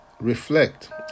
reflect